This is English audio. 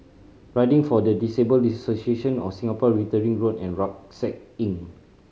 Riding for the Disabled Association of Singapore Wittering Road and Rucksack Inn